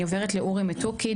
אני עוברת לאורי מתוקי,